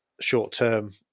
short-term